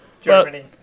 Germany